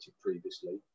previously